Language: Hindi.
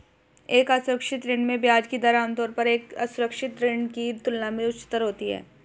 एक असुरक्षित ऋण में ब्याज की दर आमतौर पर एक सुरक्षित ऋण की तुलना में उच्चतर होती है?